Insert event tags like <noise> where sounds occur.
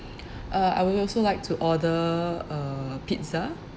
<breath> uh I would also like to order a pizza